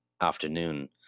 afternoon